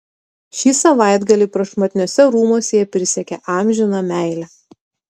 šį savaitgalį prašmatniuose rūmuose jie prisiekė amžiną meilę